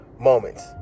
Moments